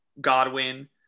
Godwin